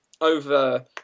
over